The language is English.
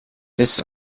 this